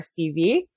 CV